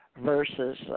versus